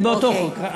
זה באותו חוק.